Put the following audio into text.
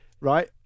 Right